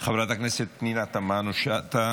חברת הכנסת פנינה תמנו שטה